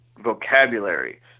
vocabulary